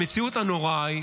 המציאות הנוראה היא